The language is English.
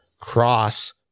Cross